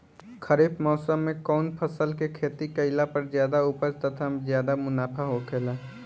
खरीफ़ मौसम में कउन फसल के खेती कइला पर ज्यादा उपज तथा ज्यादा मुनाफा होखेला?